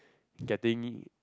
getting